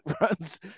runs